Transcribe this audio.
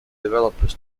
developers